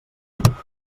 perfecte